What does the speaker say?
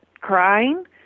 crying